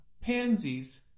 pansies